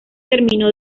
terminó